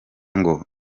ngo